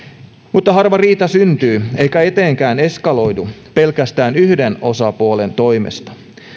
mutta harva riita syntyy eikä etenkään eskaloidu pelkästään yhden osapuolen toimesta